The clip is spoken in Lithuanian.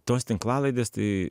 tos tinklalaidės tai